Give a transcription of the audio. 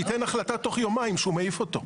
שייתן החלטה תוך יומיים שהוא מעיף אותו.